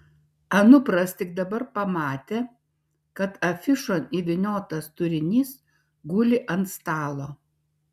anupras tik dabar pamatė kad afišon įvyniotas turinys guli ant stalo